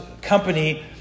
company